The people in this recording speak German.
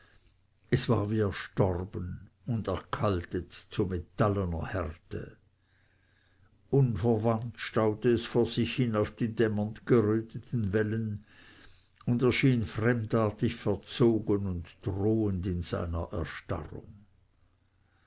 es war wie erstorben und erkaltet zu metallener härte unverwandt staunte es vor sich hin auf die dämmernd geröteten wellen und erschien fremdartig verzogen und drohend in seiner erstarrung